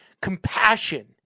compassion